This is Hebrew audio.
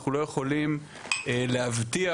אנחנו לא יכולים להבטיח